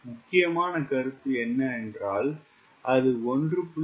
முக்கியமான கருத்து என்ன என்றால் அது 1